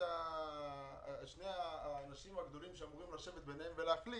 באמת שני האנשים הגדולים שאמורים לשבת ביניהם ולהחליט,